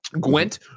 gwent